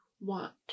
want